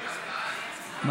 אבל הם לא היו.